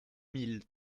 mille